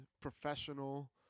professional